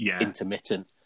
intermittent